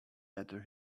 better